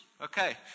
okay